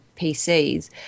PCs